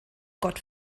gott